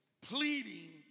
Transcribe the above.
pleading